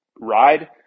ride